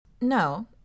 No